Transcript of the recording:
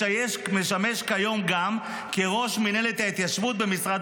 משמש כיום גם כראש מנהלת ההתיישבות במשרד